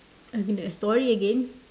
story again